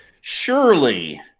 surely